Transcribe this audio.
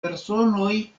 personoj